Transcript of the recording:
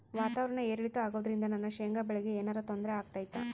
ವಾತಾವರಣ ಏರಿಳಿತ ಅಗೋದ್ರಿಂದ ನನ್ನ ಶೇಂಗಾ ಬೆಳೆಗೆ ಏನರ ತೊಂದ್ರೆ ಆಗ್ತೈತಾ?